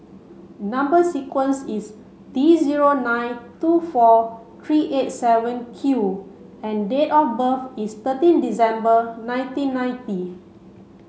number sequence is T zero nine two four three eight seven Q and date of birth is thirteen December nineteen ninety